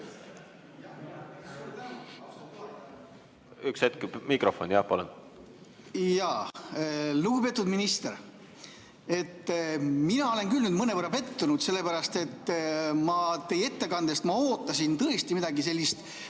Üks hetk. Mikrofon. Jah, palun! Lugupeetud minister! Mina olen küll mõnevõrra pettunud, sellepärast, et teie ettekandest ma ootasin tõesti midagi sellist